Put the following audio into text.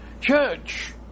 Church